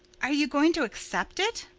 are you going to accept it?